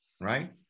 right